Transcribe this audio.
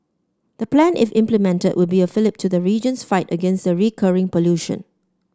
the plan if implemented will be a fillip to the region's fight against the recurring pollution